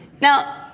Now